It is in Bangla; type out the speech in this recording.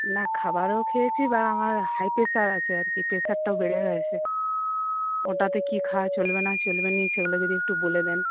না খাবারও খেয়েছি বা আমার হাই প্রেশার আছে আর কি প্রেশারটাও বেড়ে গেছে ওটাতে কী খাওয়া চলবে না চলবে না সেগুলো যদি একটু বলে দেন